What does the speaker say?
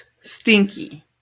stinky